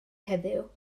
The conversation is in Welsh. heddiw